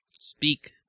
Speak